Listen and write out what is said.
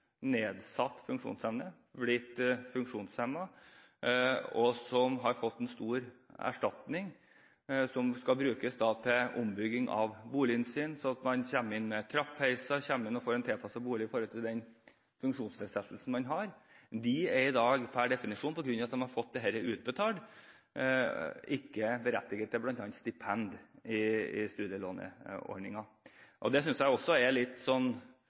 en stor erstatning, som skal brukes til ombygging av boligen, slik at man kommer inn med trappeheiser, slik at man får en bolig som er tilpasset funksjonsnedsettelsen man har. De er i dag per definisjon, fordi de har fått dette utbetalt, ikke berettiget til bl.a. stipend i studielånsordningen. Det synes jeg også er litt